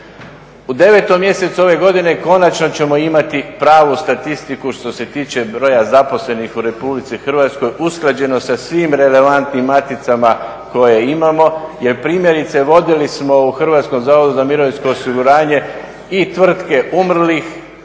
U 9. mjesecu ove godine konačno ćemo imati pravu statistiku što se tiče broja zaposlenih u RH, usklađeno sa svim relevantnim maticama koje imamo. Jer primjerice vodili smo u Hrvatskom zavodu za mirovinsko osiguranje i tvrtke umrlih,